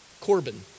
Corbin